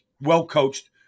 well-coached